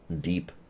deep